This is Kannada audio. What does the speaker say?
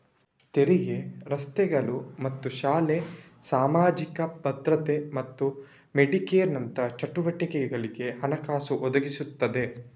ತೆರಿಗೆ ರಸ್ತೆಗಳು ಮತ್ತು ಶಾಲೆ, ಸಾಮಾಜಿಕ ಭದ್ರತೆ ಮತ್ತು ಮೆಡಿಕೇರಿನಂತಹ ಚಟುವಟಿಕೆಗಳಿಗೆ ಹಣಕಾಸು ಒದಗಿಸ್ತದೆ